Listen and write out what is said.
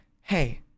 Hey